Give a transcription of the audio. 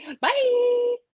Bye